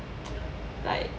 like